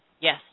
Yes